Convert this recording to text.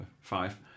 five